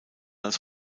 als